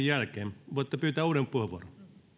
jälkeen voitte pyytää uuden puheenvuoron